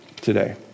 today